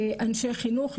אנשי חינוך,